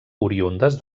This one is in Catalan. oriündes